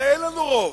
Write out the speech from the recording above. הרי אין לנו רוב.